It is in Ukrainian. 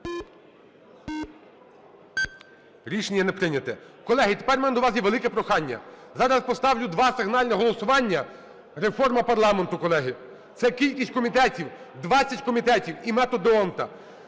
Рішення не прийнято. Колеги, тепер у мене до вас є велике прохання. Зараз поставлю два сигнальних голосування: реформа парламенту, колеги. Це кількість комітетів, 20 комітетів і метод д'Ондта.